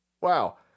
Wow